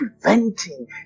preventing